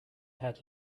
had